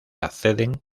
acceden